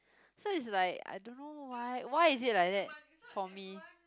so it's like I don't know why why is it like that for me